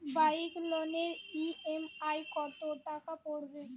Bike লোনের EMI কত টাকা পড়বে?